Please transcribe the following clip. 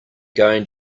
going